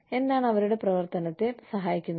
എന്താണ് അവരുടെ പ്രവർത്തനത്തെ സഹായിക്കുന്നത്